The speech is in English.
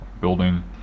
building